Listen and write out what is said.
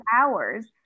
hours